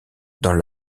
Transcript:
dans